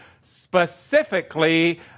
specifically